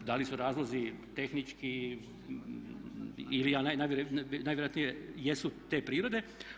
Da li su razlozi tehnički ili najvjerojatnije jesu te prirode.